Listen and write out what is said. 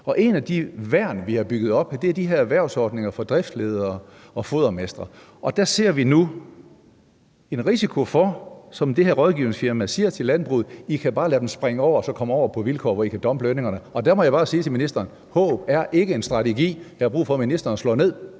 Et af de værn, vi har bygget op, er de her erhvervsordninger for driftsledere og fodermestre. Der ser vi nu en risiko, i forhold til at det her rådgivningsfirma siger til landbruget: I kan bare lade dem springe over og så komme over på vilkår, hvor I kan dumpe lønningerne. Der må jeg bare sige til ministeren: Håb er ikke en strategi. Der er brug for, at ministeren slår ned